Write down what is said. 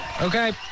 Okay